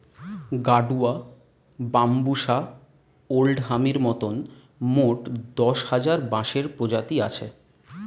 গাডুয়া, বাম্বুষা ওল্ড হামির মতন মোট দশ হাজার বাঁশের প্রজাতি হয়